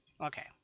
okay